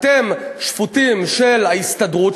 אתם שפוטים של ההסתדרות,